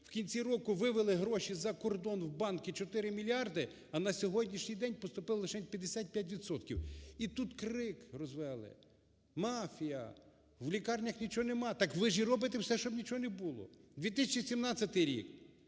в кінці року вивели гроші за кордон в банки 4 мільярди, а на сьогоднішній день поступило лишень 55 відсотків. І тут крик розвели: "Мафія, в лікарнях нічого немає!" Ну, так ви ж і робите все, щоб нічого не було. 2017 рік.